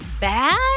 bad